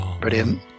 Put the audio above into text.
brilliant